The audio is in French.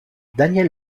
daniel